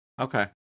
Okay